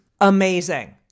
amazing